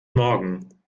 morgen